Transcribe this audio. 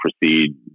proceed